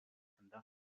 conducting